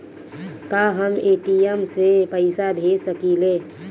का हम ए.टी.एम से पइसा भेज सकी ले?